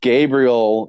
Gabriel